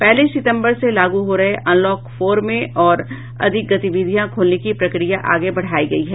पहली सितंबर से लागू हो रहे अनलॉक फोर में और अधिक गतिविधियां खोलने की प्रक्रिया आगे बढ़ायी गयी है